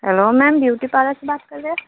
hello ma'am beauty parlour से बात कर रहें